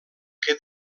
que